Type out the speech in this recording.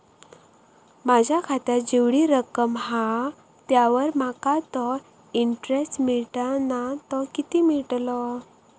माझ्या खात्यात जेवढी रक्कम हा त्यावर माका तो इंटरेस्ट मिळता ना तो किती मिळतलो?